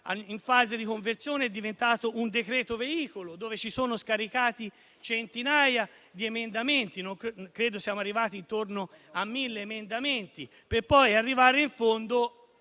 in fase di conversione, è diventato un decreto veicolo, dove sono stati scaricati centinaia di emendamenti (credo siamo arrivati intorno a 1.000), per poi arrivare in fondo